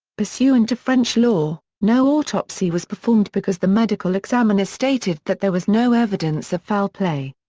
pursuant to french law, no autopsy was performed because the medical examiner stated that there was no evidence of foul play.